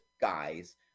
guys